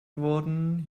wurden